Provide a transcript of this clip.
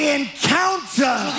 encounter